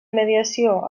mediació